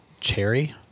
cherry